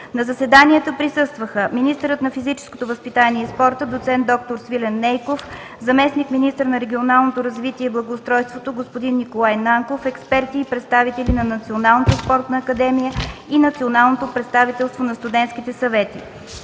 На заседанието присъстваха министърът на физическото възпитание и спорта – доц. д-р Свилен Нейков, заместник-министър на регионалното развитие и благоустройство – господин Николай Нанков, експерти и представители на Националната спортна академия и Национално представителство на студентските съвети.